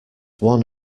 one